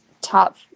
top